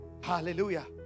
Hallelujah